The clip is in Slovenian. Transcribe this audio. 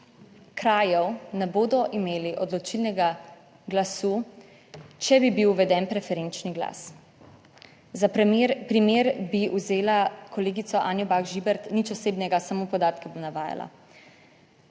krajev ne bodo imeli odločilnega glasu, če bi bil uveden preferenčni glas. Za primer bi vzela kolegico Anjo Bah Žibert, nič osebnega, samo podatke bom navajala.